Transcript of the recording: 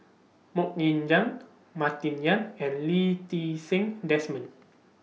Mok Ying Jang Martin Yan and Lee Ti Seng Desmond